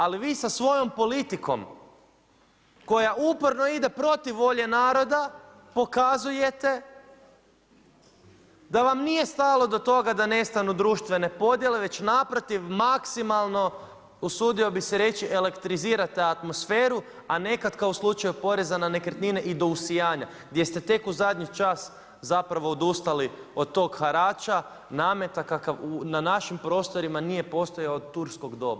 Ali vi sa svojom politikom koja uporno ide protiv volje naroda pokazujete da vam nije stalo do toga da nestanu društvene podjele već naprotiv maksimalno usudio bi se reći elektrizirate atmosferu, a nekada kao u slučaju poreza na nekretnine i do usijanja gdje ste tek u zadnji čas odustali od tog harača, nameta kakav na našim prostorima nije postojao od turskog doba.